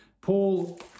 Paul